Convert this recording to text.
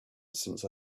since